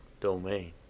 domain